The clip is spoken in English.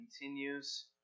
continues